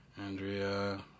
Andrea